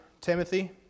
Timothy